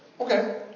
okay